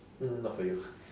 mm not for you